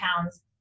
pounds